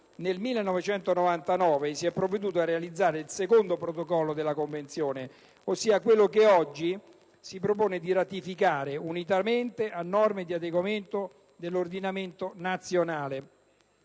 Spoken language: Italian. nel 1999, si è provveduto a realizzare il secondo Protocollo alla Convenzione, ossia quello che oggi ci si propone di ratificare, unitamente a norme di adeguamento dell'ordinamento nazionale.